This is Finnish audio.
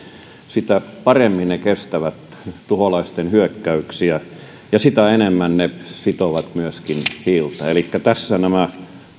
sitä paremmin ne kestävät tuholaisten hyökkäyksiä ja sitä enemmän ne sitovat myöskin hiiltä elikkä tässä nämä